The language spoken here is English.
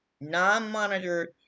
non-monitored